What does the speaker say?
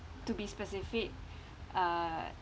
to be specific uh